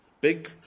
big